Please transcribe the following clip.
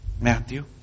Matthew